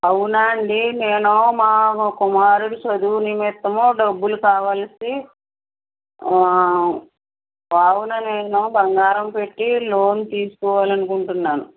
అవునండి నేను మా కుమారుడు చదువు నిమిత్తము డబ్బులు కావాల్సి ఆ కావున నేను బంగారం పెట్టి లోన్ తీసుకోవాలనుకుంటున్నాను